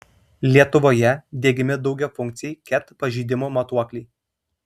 lietuvoje diegiami daugiafunkciai ket pažeidimų matuokliai